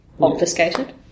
obfuscated